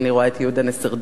אני רואה את יהודה נסרדישי.